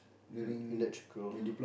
el~ electrical